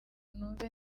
numve